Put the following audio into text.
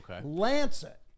Lancet